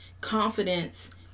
confidence